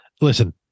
listen